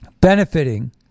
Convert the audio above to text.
benefiting